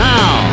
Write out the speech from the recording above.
Now